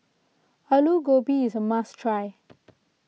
Alu Gobi is a must try